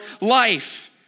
life